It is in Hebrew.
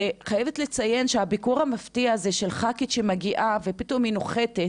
ואני חייבת לציין שהביקור המפתיע הזה של ח"כית שמגיעה ופתאום היא נוחתת